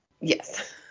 yes